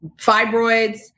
fibroids